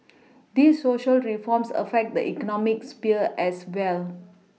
these Social reforms affect the economic sphere as well